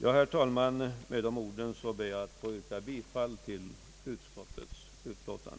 Med dessa ord, herr talman, ber jag att få yrka bifall till utskottets hemställan.